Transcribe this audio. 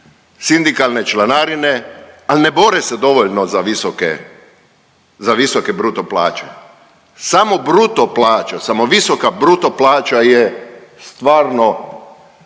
sindikalne članarine, ali ne bore se dovoljno za visoke bruto plaće. Samo bruto plaća, samo visoka bruto plaća je stvarno